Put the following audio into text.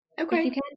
Okay